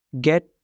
get